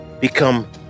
become